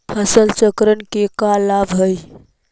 फसल चक्रण के का लाभ हई?